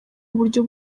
uburyo